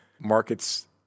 markets